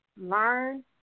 Learn